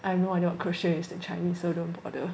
I have no idea what crochet is in chinese so don't bother